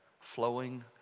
flowing